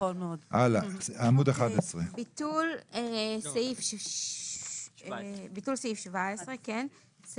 הלאה, עמוד 11. ביטול סעיף 17 14. סעיף